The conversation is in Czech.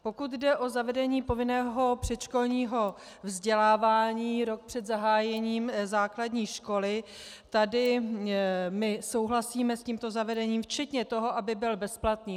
Pokud jde o zavedení povinného předškolního vzdělávání rok před zahájením základní školy, tady my souhlasíme s tímto zavedením včetně toho, aby byl bezplatný.